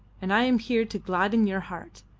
and i am here to gladden your heart.